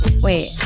Wait